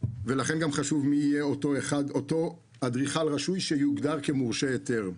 ולכן גם חשוב מי יהיה אותו אדריכל רשוי שיוגדר כמורשה היתר: